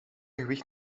gewicht